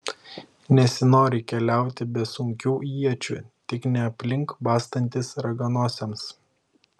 nesinori keliauti be sunkių iečių tik ne aplink bastantis raganosiams